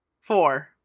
Four